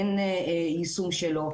אין יישום שלו.